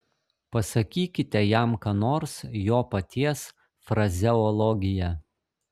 pasakykite jam ką nors jo paties frazeologija